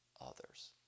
Others